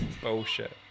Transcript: Bullshit